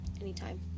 Anytime